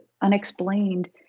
unexplained